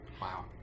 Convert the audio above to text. wow